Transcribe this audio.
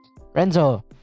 renzo